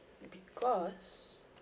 because